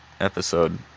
episode